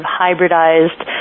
hybridized